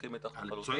מסכים איתך לחלוטין.